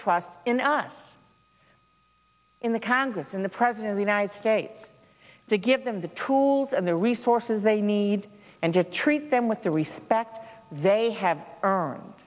trust in us in the congress and the president of united states to give them the tools and the resources they need and to treat them with the respect they have earned